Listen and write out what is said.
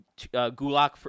Gulak